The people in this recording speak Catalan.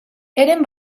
eren